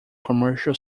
commercial